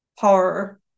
power